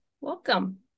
welcome